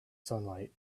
sunlight